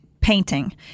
painting